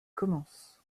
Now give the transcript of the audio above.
commence